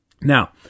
now